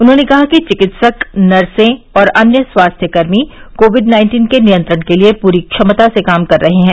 उन्होंने कहा कि चिकित्सक नर्से और अन्य स्वास्थ्यकर्मी कोविड नाइन्टीन के नियंत्रण के लिए प्री क्षमता से काम कर रहे हैं